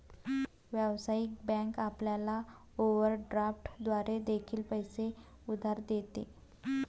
व्यावसायिक बँक आपल्याला ओव्हरड्राफ्ट द्वारे देखील पैसे उधार देते